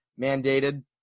mandated